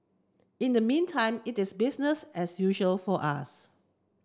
in the meantime it is business as usual for us